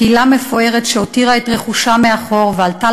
קהילה מפוארת שהותירה את רכושה מאחור ועלתה